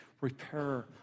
Repair